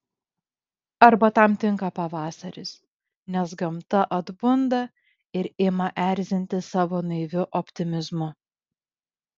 arba tam tinka pavasaris nes gamta atbunda ir ima erzinti savo naiviu optimizmu